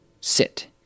Sit